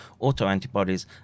autoantibodies